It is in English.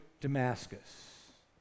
Damascus